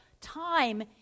time